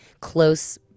close